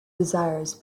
desires